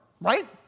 right